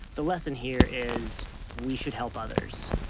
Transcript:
the lesson here is we should help others.